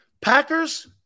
Packers